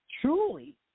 truly